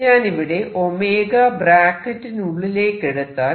ഞാനിവിടെ ⍵ ബ്രാക്കറ്റിനുള്ളിലേക്കെടുത്താൽ